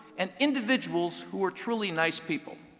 and individuals who are truly nice people.